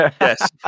Yes